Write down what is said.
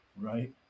right